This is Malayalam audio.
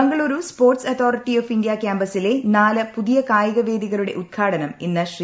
Bengaluru sport authority of India കൃാമ്പസിലെ നാല് പുതിയ കായിക വേദികളുടെ ഉദ്ഘാടനം ഇന്ന് ശ്രീ